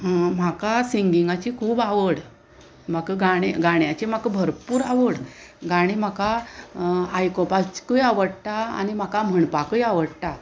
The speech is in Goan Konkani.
म्हाका सिंगिंगाची खूब आवड म्हाका गाणें गाण्याची म्हाका भरपूर आवड गाणी म्हाका आयकुपाचकूय आवडटा आनी म्हाका म्हणपाकूय आवडटा